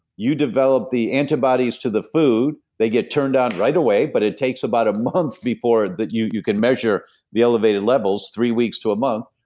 you develop the antibodies to the food, food, they get turned on right away, but it takes about a month before that you you can measure the elevated levels three weeks to a month,